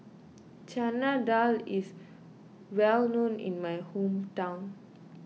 Chana Dal is well known in my hometown